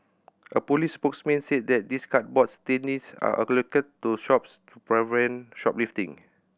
a police spokesman said these cardboard standees are allocated to shops to prevent shoplifting